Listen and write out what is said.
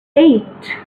eight